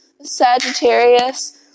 Sagittarius